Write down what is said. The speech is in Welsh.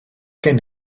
gen